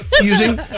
using